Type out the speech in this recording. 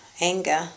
anger